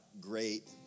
great